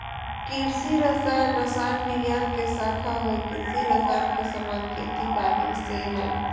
कृषि रसायन रसायन विज्ञान के शाखा हई कृषि रसायन के संबंध खेती बारी से हई